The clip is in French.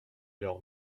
leurs